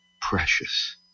precious